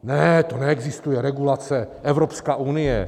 Ne, to neexistuje, regulace, Evropská unie.